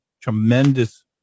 tremendous